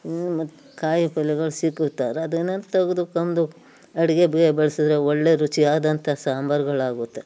ಹೂವು ಮತ್ತು ಕಾಯಿಪಲ್ಲೆಗಳು ಸಿಗುತ್ತಲ್ಲ ಅದನ್ನು ತೆಗೆದುಕೊಂದು ಅಡುಗೆಗೆ ಬಳಸಿದ್ರೆ ಒಳ್ಳೆಯ ರುಚಿಯಾದಂಥ ಸಾಂಬಾರುಗಳಾಗುತ್ತೆ